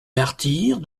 martyrs